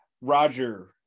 Roger